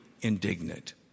indignant